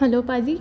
hello ਭਾਅ ਜੀ